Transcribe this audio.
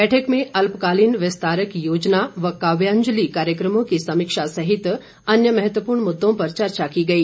बैठक में अल्पकालीन विस्तारक योजना काव्यांजलि कार्यक्रमों की समीक्षा सहित अन्य महत्वपूर्ण मुद्दों पर चर्चा की गई